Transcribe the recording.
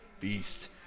beast